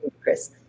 Chris